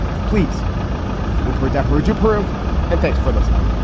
please whooper adepero jabara. and thanks for listening